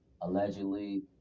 allegedly